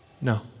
No